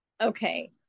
Okay